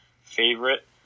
favorite